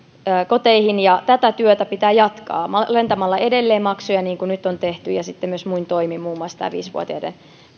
päiväkoteihin ja tätä työtä pitää jatkaa alentamalla edelleen maksuja niin kuin nyt on tehty ja sitten myös muin toimin joita on muun muassa tämä viisivuotiaiden